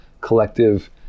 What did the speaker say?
collective